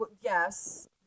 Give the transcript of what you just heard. Yes